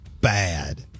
bad